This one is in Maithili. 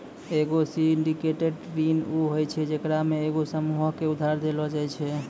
एगो सिंडिकेटेड ऋण उ होय छै जेकरा मे एगो समूहो के उधार देलो जाय छै